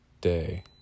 day